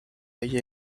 ella